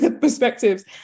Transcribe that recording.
perspectives